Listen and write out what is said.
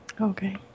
Okay